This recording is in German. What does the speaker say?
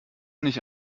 nicht